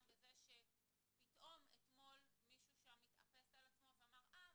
בזה שאתמול פתאום מישהו התאפס על עצמו ואמר: אה,